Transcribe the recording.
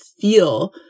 feel